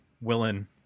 Willin